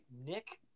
Nick